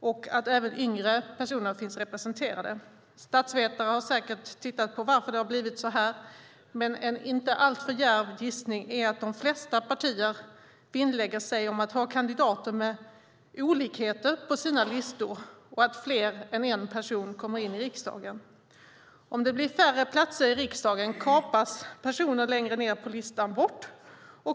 och att även yngre personer finns representerade. Statsvetare har säkert tittat på varför det har blivit så här, men en inte alltför djärv gissning är att de flesta partier vinnlägger sig om att ha kandidater med olikheter på sina listor och att fler än en person kommer in i riksdagen. Om det blir färre platser i riksdagen kapas personer längre ned på listan bort.